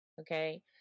okay